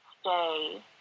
stay